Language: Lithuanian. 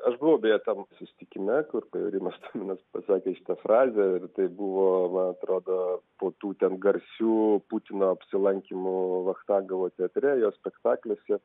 aš buvau beje tam susitikime kur rimas tuminas pasakė šitą frazę ir tai buvo na atrodo po tų ten garsių putino apsilankymų vachtangovo teatre jo spektakliuose